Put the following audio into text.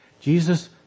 Jesus